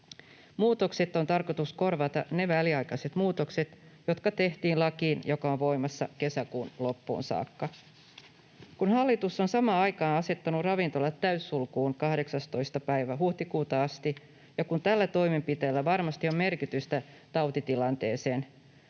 Muutoksella on tarkoitus korvata ne väliaikaiset muutokset, jotka tehtiin lakiin, joka on voimassa kesäkuun loppuun saakka. Kun hallitus on samaan aikaan asettanut ravintolat täyssulkuun 18. päivä huhtikuuta asti ja kun tällä toimenpiteellä varmasti on merkitystä tautitilanteeseen,